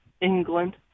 England